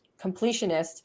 completionist